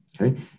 okay